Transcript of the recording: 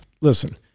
Listen